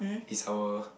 it's our